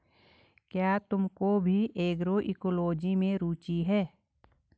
क्या तुमको भी एग्रोइकोलॉजी में रुचि है?